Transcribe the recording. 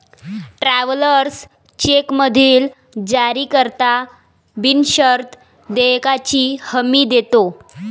travellers चेकमधील जारीकर्ता बिनशर्त देयकाची हमी देतो